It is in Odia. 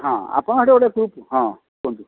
ହଁ ଆପଣ ହେଟା ଗୋଟେ କୁହନ୍ତୁ ହଁ କୁହନ୍ତୁ